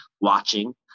watching